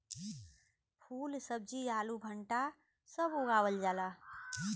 फूल सब्जी आलू भंटा सब उगावल जाला